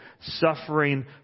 suffering